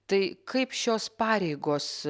tai kaip šios pareigos